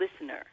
listener